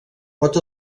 pot